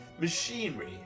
machinery